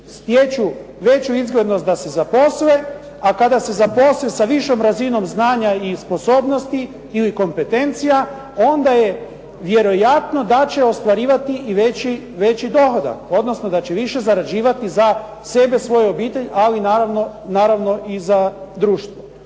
stječu veću izglednost da se zaposle, a kada se zaposle sa višom razinom znanja i sposobnosti ili kompetencija onda je vjerojatno da će ostvarivati i veći dohodak, odnosno da će više zarađivati za sebe, svoju obitelj ali naravno i za društvo.